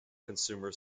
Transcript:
consumer